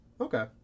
Okay